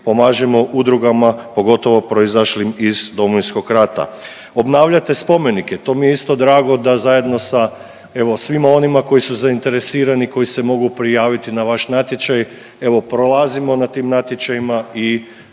pomažemo udrugama pogotovo proizašlim iz Domovinskog rata. Obnavljate spomenike, to mi je isto drago da zajedno evo sa svima onima koji su zainteresirani, koji se mogu prijaviti na vaš natječaj, evo prolazimo na tim natječajima i